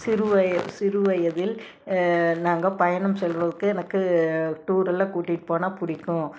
சிறு வயது சிறு வயதில் நாங்கள் பயணம் செல்வதற்கு எனக்கு டூர் எல்லாம் கூட்டிட்டு போனால் பிடிக்கும்